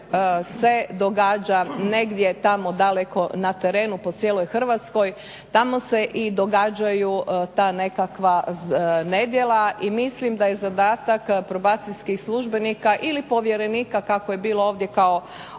se događa negdje tamo daleko na terenu po cijeloj Hrvatskoj, tamo se i događaju ta nekakva nedjela i mislim da je zadatak probacijskih službenika ili povjerenika kako je bilo ovdje kao